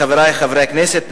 חברי חברי הכנסת,